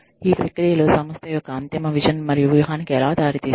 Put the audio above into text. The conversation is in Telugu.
ఈ ప్రక్రియలు సంస్థ యొక్క అంతిమ విజన్ మరియు వ్యూహానికి ఎలా దారితీస్తాయి